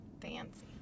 fancy